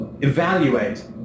evaluate